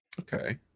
Okay